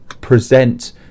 present